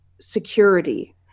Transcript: security